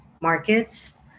markets